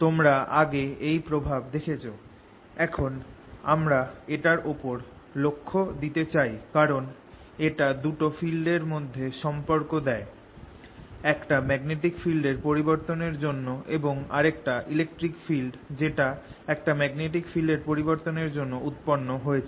তোমরা আগে এই এই প্রভাব দেখেছ এখন আমরা এটার ওপর লক্ষ দিতে চাই কারণ এটা দুটো ফিল্ড এর মধ্যে সম্পর্ক দেয় একটা ম্যাগনেটিক ফিল্ড এর পরিবর্তন এর জন্য এবং আরেকটা ইলেকট্রিক ফিল্ড যেটা একটা ম্যাগনেটিক ফিল্ড এর পরিবর্তন এর জন্য উৎপন্ন হয়েছে